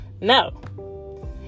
No